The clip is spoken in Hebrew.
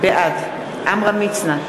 בעד עמרם מצנע,